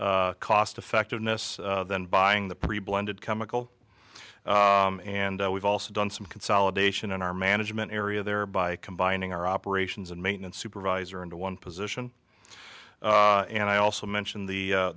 cost effectiveness than buying the pre blended chemical and we've also done some consolidation in our management area there by combining our operations and maintenance supervisor into one position and i also mentioned the